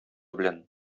белән